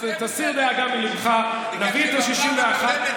תסיר דאגה מליבך, נביא את ה-61.